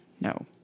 No